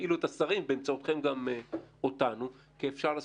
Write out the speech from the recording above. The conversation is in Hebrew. תפעילו את השרים ובאמצעותכם גם אותנו כי אפשר לעשות.